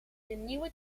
nieuwe